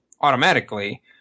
automatically